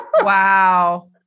Wow